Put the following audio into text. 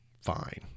fine